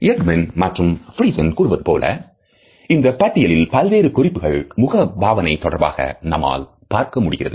Ekman மற்றும் Friesen கூறுவதுபோல் இந்தப் பட்டியலில் பல்வேறு குறிப்புகள் முக பாவனை தொடர்பாக நம்மால் பார்க்க முடிகிறது